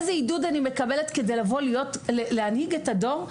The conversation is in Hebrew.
איזה עידוד אני מקבלת כדי להנהיג את הדור?